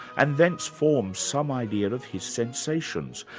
and thence form some idea of his sensations,